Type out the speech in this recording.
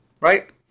Right